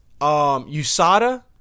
USADA